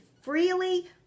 freely